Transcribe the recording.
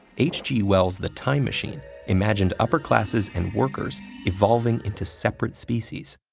h. g. wells's the time machine imagined upper classes and workers evolving into separate species,